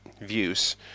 views